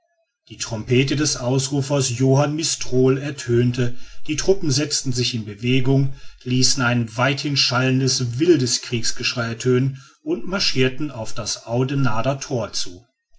die trompete des ausrufers johann mistrol ertönte die truppen setzten sich in bewegung ließen ein weithin schallendes wildes kriegsgeschrei ertönen und marschirten auf das audenarder thor zu